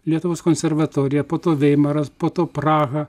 lietuvos konservatorija po to veimaras po to praha